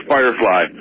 Firefly